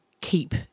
keep